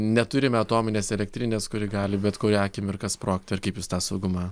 neturime atominės elektrinės kuri gali bet kurią akimirką sprogt ar kaip jūs tą saugumą